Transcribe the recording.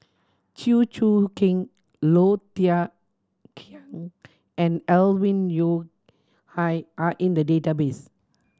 Chew Choo Keng Low Thia Khiang and Alvin Yeo Khirn Hai are in the database